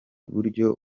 buryo